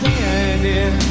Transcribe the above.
Standing